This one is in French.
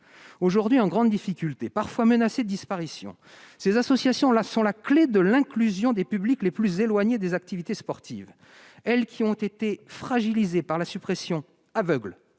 aujourd'hui en grande difficulté, parfois menacées de disparition, sont la clé de l'inclusion des publics les plus éloignés des activités sportives. Elles ont été fragilisées par la suppression aveugle,